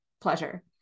pleasure